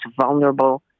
vulnerable